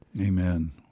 Amen